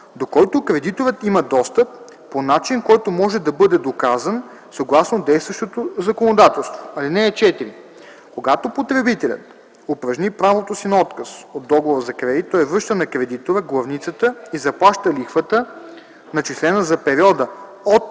до който кредиторът има достъп, по начин който може да бъде доказан съгласно действащото законодателство. (4) Когато потребителят упражни правото си на отказ от договора за кредит, той връща на кредитора главницата и заплаща лихвата, начислена за периода от